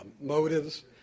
motives